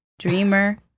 dreamer